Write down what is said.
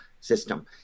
system